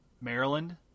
Maryland